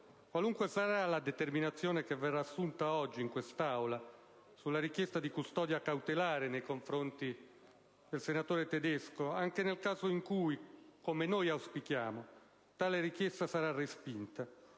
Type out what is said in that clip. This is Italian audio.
Qualunque sarà la determinazione che verrà assunta oggi in quest'Aula sulla richiesta di custodia cautelare nei confronti del senatore Tedesco, anche nel caso in cui, come noi auspichiamo, tale richiesta sarà respinta,